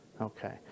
Okay